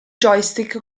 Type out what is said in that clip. joystick